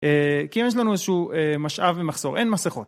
כי אם יש לנו איזשהו משאב במחסור אין מסכות